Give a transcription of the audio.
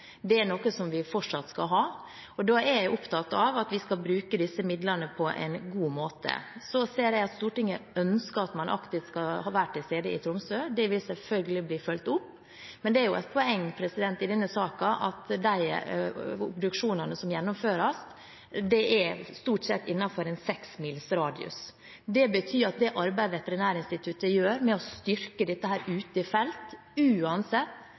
at vi skal bruke disse midlene på en god måte. Så ser jeg at Stortinget ønsker at man aktivt skal være til stede i Tromsø. Det vil selvfølgelig bli fulgt opp, men det er et poeng i denne saken at de obduksjonene som gjennomføres, stort sett er innenfor en seks mils radius. Det betyr at det arbeidet Veterinærinstituttet gjør med å styrke dette ute i felt, uansett